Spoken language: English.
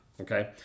Okay